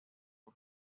por